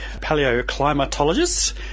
paleoclimatologist